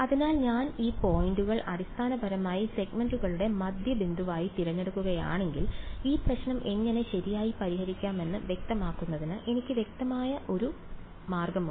അതിനാൽ ഞാൻ ഈ പോയിന്റുകൾ അടിസ്ഥാനപരമായി സെഗ്മെന്റുകളുടെ മധ്യബിന്ദുവായി തിരഞ്ഞെടുക്കുകയാണെങ്കിൽ ഈ പ്രശ്നം എങ്ങനെ ശരിയായി പരിഹരിക്കാമെന്ന് വ്യക്തമാക്കുന്നതിന് എനിക്ക് വ്യക്തമായ ഒരു മാർഗമുണ്ട്